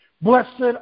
blessed